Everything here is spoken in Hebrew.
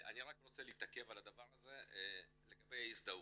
אני רק רוצה להתעכב על הדבר הזה, לגבי הזדהות.